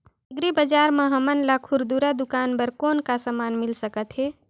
Agri बजार म हमन ला खुरदुरा दुकान बर कौन का समान मिल सकत हे?